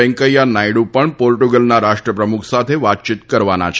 વેકૈંયા નાયડુ પણ પોર્ટંગલના રાષ્ટ્રપ્રમુખ સાથે વાતચીત કરવાના છે